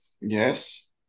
Yes